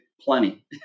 plenty